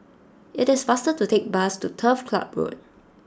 it is faster to take bus to Turf Ciub Road